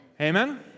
Amen